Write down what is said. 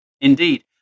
Indeed